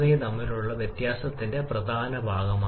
താപനിലയുടെ ശക്തമായ പ്രവർത്തനങ്ങളാണ് നിർദ്ദിഷ്ട ചൂടുകൾ